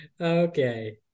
okay